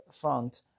front